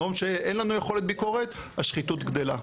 במדינות שאין לנו יכולת ביקורת השחיתות גדלה.